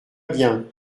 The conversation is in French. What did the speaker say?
bien